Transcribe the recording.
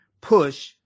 push